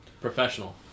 professional